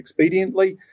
expediently